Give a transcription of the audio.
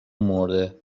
مرده